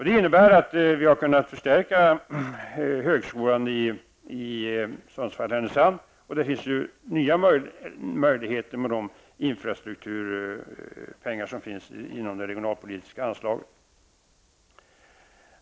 Det innebär att vi har kunnat förstärka högskolan i Sundsvall-Härnösand, och det finns nya möjligheter med infrastrukturpengarna i det regionalpolitiska anslaget.